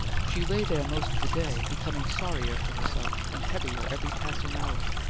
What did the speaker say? she lay there most of the day, becoming sorrier for herself, and heavier every passing hour.